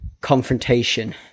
confrontation